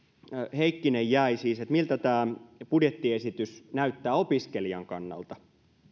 heikkinen jäi siis siitä miltä tämä budjettiesitys näyttää opiskelijan kannalta